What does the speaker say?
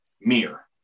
mirror